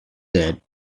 that